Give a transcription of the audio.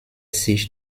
sich